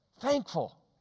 Thankful